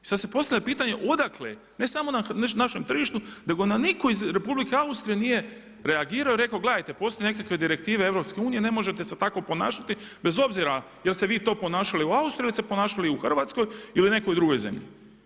I sada se postavlja pitanje odakle ne samo na našem tržištu nego nam nitko iz Republike Austrije reagirao i rekao gledajte postoje nekakve direktive EU, ne možete se tako ponašati bez obzira je li se vi to ponašali u Austriji ili se ponašali u Hrvatskoj ili nekoj drugoj zemlji.